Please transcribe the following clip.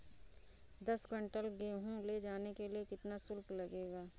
दस कुंटल गेहूँ ले जाने के लिए कितना शुल्क लगेगा?